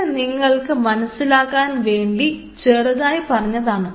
അത് നിങ്ങൾക്ക് മനസ്സിലാക്കാൻ വേണ്ടി ചെറുതായി പറഞ്ഞതാണ്